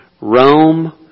Rome